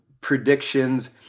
predictions